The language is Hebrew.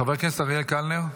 חבר הכנסת אריאל קלנר,